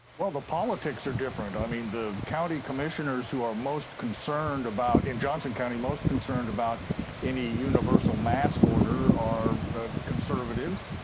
well, the politics are different. i mean, the county commissioners who are most concerned about in johnson county most concerned about any universal mask order are ah conservatives,